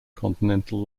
continental